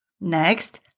Next